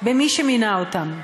במי שמינה אותם.